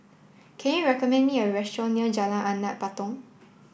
can you recommend me a restaurant near Jalan Anak Patong